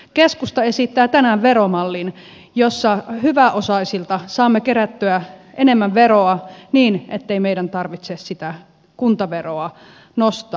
keskusta esittää tänään veromallin jossa hyväosaisilta saamme kerättyä enemmän veroa niin ettei meidän tarvitse sitä kuntaveroa nostaa